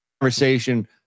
conversation